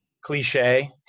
cliche